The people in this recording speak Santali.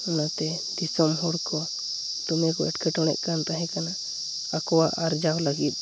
ᱚᱱᱟᱛᱮ ᱫᱤᱥᱚᱢ ᱦᱚᱲᱠᱚ ᱫᱚᱢᱮᱠᱚ ᱮᱴᱠᱮᱴᱚᱬᱮᱜᱠᱟᱱ ᱛᱟᱦᱮᱸ ᱠᱟᱱᱟ ᱟᱠᱚᱣᱟᱜ ᱟᱨᱡᱟᱣ ᱞᱟᱹᱜᱤᱫ